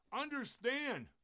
Understand